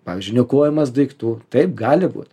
pavyzdžiui niokojimas daiktų taip gali būt